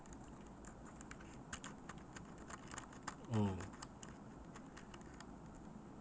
mm